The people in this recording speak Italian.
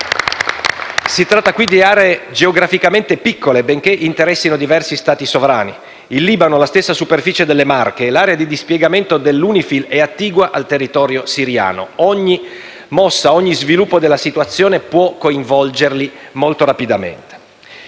Si tratta qui di aree geograficamente piccole, benché interessino diversi Stati sovrani. Il Libano ha la stessa superficie delle Marche e l'area di dispiegamento dell'UNIFIL è attigua al territorio siriano: ogni mossa, ogni sviluppo della situazione può coinvolgerli molto rapidamente.